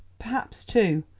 perhaps, too,